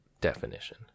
definition